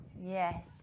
Yes